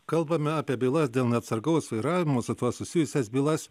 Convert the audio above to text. kalbame apie bylas dėl neatsargaus vairavimo su tuo susijusias bylas